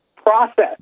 Process